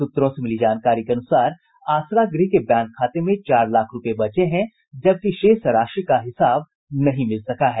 सूत्रों से मिली जानकारी के अनुसार आसरा गृह के बैंक खाते में चार लाख रूपये बचे हैं जबकि शेष राशि का हिसाब नहीं मिल सका है